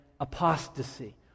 apostasy